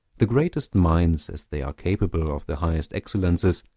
the greatest minds, as they are capable of the highest excellences,